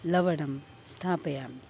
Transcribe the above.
लवणं स्थापयामि